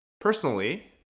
Personally